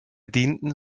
dienten